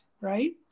right